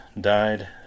died